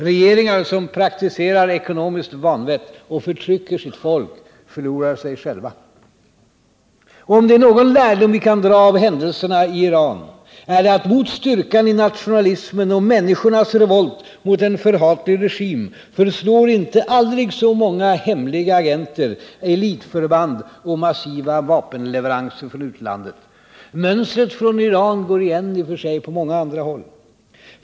Regeringar som praktiserar ekonomiskt vanvett och förtrycker sitt folk förlorar sig själva.” Om det är någon lärdom vi kan dra av händelserna i Iran är det att mot styrkan i nationalismen och människornas revolt mot en förhatlig regim förslår inte aldrig så många hemliga agenter, elitförband och massiva vapenleveranser från utlandet. Mönstret från Iran går igen på många andra håll.